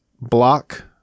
block